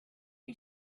you